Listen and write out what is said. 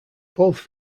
both